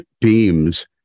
beams